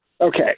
Okay